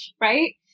right